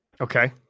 Okay